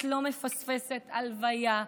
את לא מפספסת הלוויה,